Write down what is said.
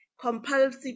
compulsive